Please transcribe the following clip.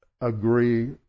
agree